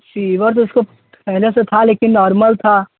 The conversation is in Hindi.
फ़ीवर तो उसको पहले से था लेकिन नॉर्मल था